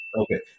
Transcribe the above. Okay